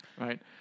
right